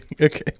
Okay